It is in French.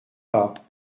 pas